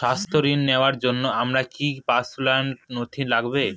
স্বাস্থ্য ঋণ নেওয়ার জন্য আমার কি কি পার্সোনাল নথি লাগবে?